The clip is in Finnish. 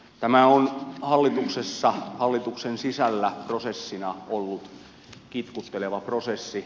tämä on hallituksessa hallituksen sisällä prosessina ollut kitkutteleva prosessi